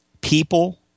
people